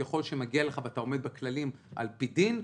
ככל שמגיע לך ואתה עומד בכללים על-פי דין,